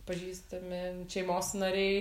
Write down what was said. pažįstami šeimos nariai